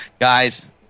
Guys